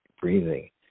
breathing